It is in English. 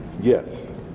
yes